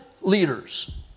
leaders